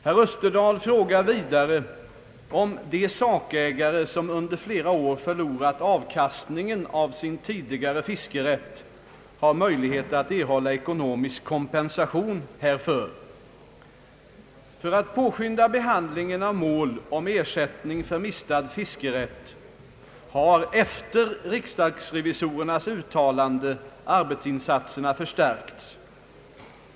Herr öÖsterdahl frågar vidare om de sakägare som under flera år förlorat avkastningen av sin tidigare fiskerätt har möjlighet att erhålla ekonomisk kompensation härför. För att påskynda behandlingen av mål om ersättning för mistad fiskerätt har efter riksdagsrevisorernas uttalande = arbetsinsatserna förstärkts.